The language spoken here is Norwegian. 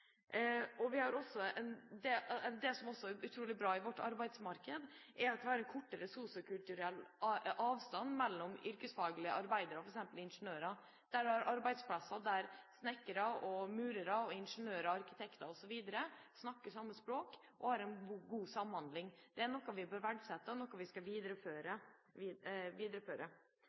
utrolig bra i vårt arbeidsmarked, er at vi har en kortere sosiokulturell avstand mellom yrkesfaglige arbeidere, og f.eks. ingeniører. Det er arbeidsplasser der snekkere, murere, ingeniører, arkitekter osv. snakker samme språk og har en god samhandling. Det er noe vi bør verdsette, og noe vi skal videreføre.